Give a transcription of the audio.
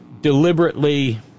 deliberately